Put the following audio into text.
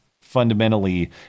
fundamentally